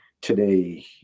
today